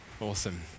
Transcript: Awesome